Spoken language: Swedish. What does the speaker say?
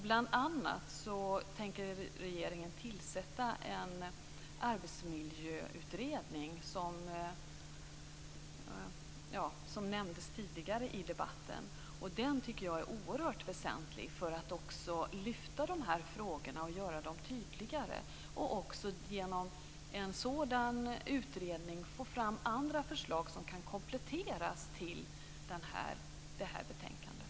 Bl.a. tänker regeringen tillsätta en arbetsmiljöutredning, vilket har nämnts tidigare i debatten. Jag tycker att den är oerhört väsentlig för att lyfta fram de här frågorna och göra dem tydligare. Genom en sådan utredning kan man också få fram förslag som kan komplettera betänkandet.